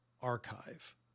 Archive